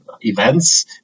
events